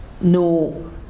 no